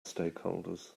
stakeholders